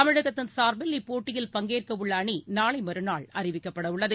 தமிழகத்தின் சார்பில் இப்போட்டியில் பங்கேற்கவுள்ள அணி நாளை மற்நாள் அறிவிக்கப்படவுள்ளது